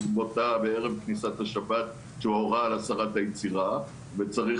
בוטה בערב כניסת השבת כשהוא הורה על הסרת היצירה וצריך